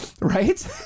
Right